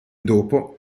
dopo